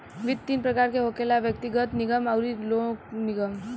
वित्त तीन प्रकार के होखेला व्यग्तिगत, निगम अउरी लोक निगम